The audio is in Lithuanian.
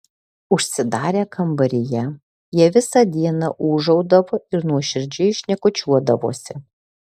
užsidarę kambaryje jie visą dieną ūžaudavo ir nuoširdžiai šnekučiuodavosi